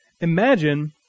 imagine